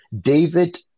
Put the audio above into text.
David